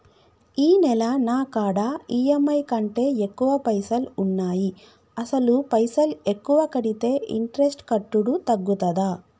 ఈ నెల నా కాడా ఈ.ఎమ్.ఐ కంటే ఎక్కువ పైసల్ ఉన్నాయి అసలు పైసల్ ఎక్కువ కడితే ఇంట్రెస్ట్ కట్టుడు తగ్గుతదా?